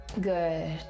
good